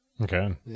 Okay